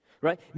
right